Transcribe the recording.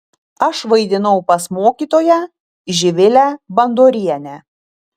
aš vaidinau pas mokytoją živilę bandorienę